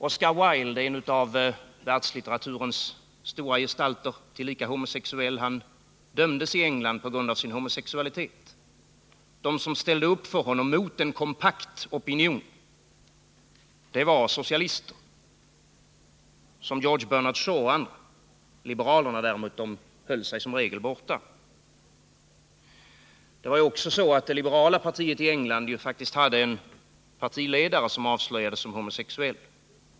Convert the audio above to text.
Oscar Wilde, en av världslitteraturens stora gestalter, tillika homosexuell, dömdes i England på grund av sin homosexualitet. De som ställde upp för honom mot en kompakt opinion var socialister, som George Bernhard Shaw och andra. Liberalerna däremot höll sig som regel borta. Det var också så att det liberala partiet i England faktiskt hade en partiledare som avslöjades som homosexuell.